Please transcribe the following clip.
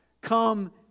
come